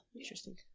Interesting